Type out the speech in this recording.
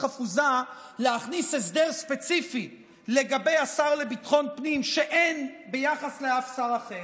חפוזה להכניס הסדר ספציפי לגבי השר לביטחון פנים שאין ביחס לאף שר אחר,